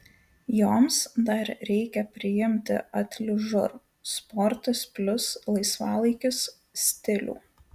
joms dar reikia priimti atližur sportas plius laisvalaikis stilių